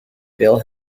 bill